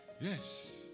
Yes